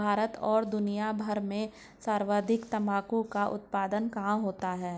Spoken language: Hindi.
भारत और दुनिया भर में सर्वाधिक तंबाकू का उत्पादन कहां होता है?